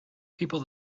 people